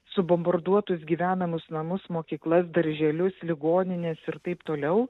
subombarduotus gyvenamus namus mokyklas darželius ligonines ir taip toliau